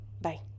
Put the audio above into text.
Bye